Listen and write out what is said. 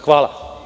Hvala.